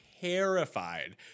terrified